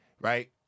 Right